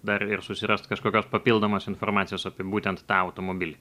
dar ir susirast kažkokios papildomos informacijos apie būtent tą automobilį